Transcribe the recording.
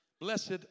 Blessed